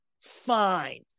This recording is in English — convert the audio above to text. fine